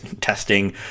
testing